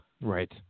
Right